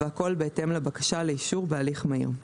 והכול בהתאם לבקשה לאישור בהליך מהיר.